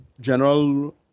general